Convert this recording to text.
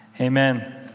amen